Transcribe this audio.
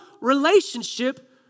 relationship